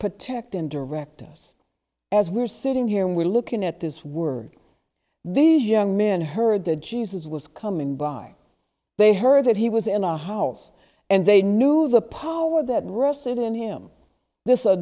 protect and direct us as we're sitting here we're looking at this word these young men heard that jesus was coming by they heard that he was in a house and they knew the power that rested in him this o